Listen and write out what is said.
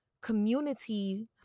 community